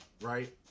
right